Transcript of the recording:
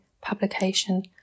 publication